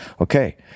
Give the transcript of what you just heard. Okay